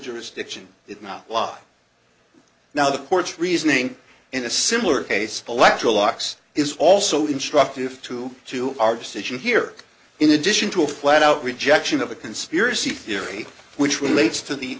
jurisdiction is not law now the court's reasoning in a similar case the last two locks is also instructive to two our decision here in addition to a flat out rejection of a conspiracy theory which relates to the